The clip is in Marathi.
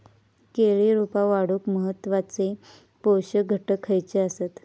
केळी रोपा वाढूक महत्वाचे पोषक घटक खयचे आसत?